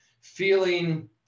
feeling